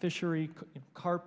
fishery carp